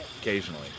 Occasionally